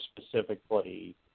specifically